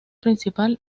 principal